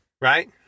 Right